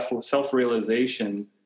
self-realization